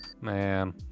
man